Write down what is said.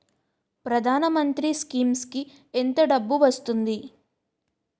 ప్రధాన మంత్రి స్కీమ్స్ కీ ఎంత డబ్బు వస్తుంది?